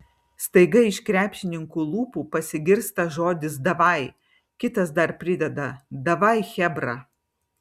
staiga iš krepšininkų lūpų pasigirsta žodis davai kitas dar prideda davai chebra